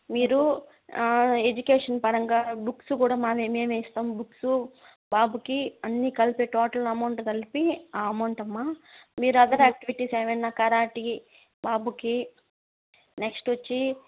మీరు ఎడ్యుకేషన్ పరంగా బుక్స్ కూడా మానే మేమే ఇస్తాం బుక్స్ బాబుకి అన్నీ కలిపి టోటల్ అమౌంట్ కలిపి ఆ అమౌంట్ అమ్మా మీరు అదర్ యాక్టివిటీస్ ఏమైనా కరాటే బాబుకి నెక్స్ట్ వచ్చి